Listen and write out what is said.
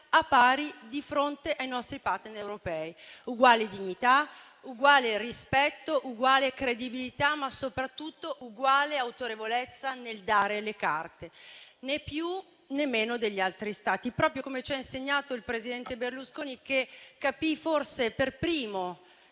a pari di fronte ai nostri partner europei. Uguale dignità, uguale rispetto, uguale credibilità, ma soprattutto uguale autorevolezza nel dare le carte, né più né meno degli altri Stati. È proprio come ci ha insegnato il presidente Berlusconi, che capì forse per primo